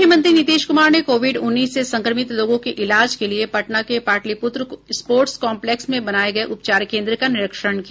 मुख्यमंत्री नीतीश कुमार ने कोविड उन्नीस से संक्रमित लोगों के इलाज के लिये पटना के पाटिलपुत्र स्पोर्ट्स काम्प्लेक्स में बनाये गये उपचार केन्द्र का निरीक्षण किया